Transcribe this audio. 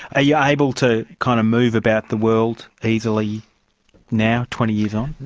ah you able to kind of move about the world easily now, twenty years on?